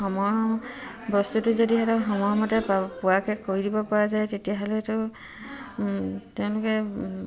সময়ৰ বস্তুটো যদি সিহঁতক সময়মতে পা পোৱাকৈ কৰি দিব পৰা যায় তেতিয়াহ'লেতো তেওঁলোকে